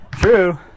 true